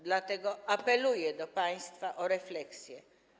Dlatego apeluję do państwa o refleksję.